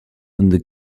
under